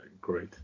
Great